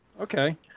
Okay